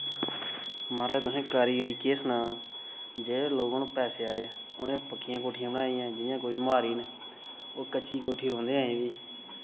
माराज तुसें कारीगिरी केह् सनां जेह्ड़े लोक न पैसें आह्ले उ'नें पक्कियां कोठियां बनाइयां जि'यां कोई मोहारी न ओह् कच्ची कोठी रौंह्दे अजें बी